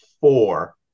four